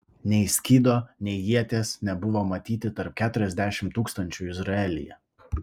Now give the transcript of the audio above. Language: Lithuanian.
nei skydo nei ieties nebuvo matyti tarp keturiasdešimt tūkstančių izraelyje